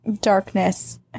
darkness